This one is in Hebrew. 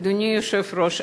אדוני היושב-ראש,